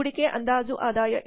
ಹೂಡಿಕೆಯ ಅಂದಾಜು ಆದಾಯ ಎಷ್ಟು